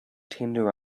tender